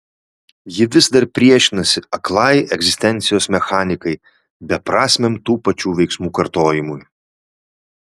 ji vis dar priešinasi aklai egzistencijos mechanikai beprasmiam tų pačių veiksmų kartojimui